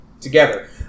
together